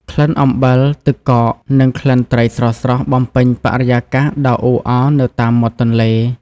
ក្លិនអំបិល ទឹកកក និងក្លិនត្រីស្រស់ៗបំពេញបរិយាកាសដ៏អ៊ូអរនៅតាមមាត់ទន្លេ។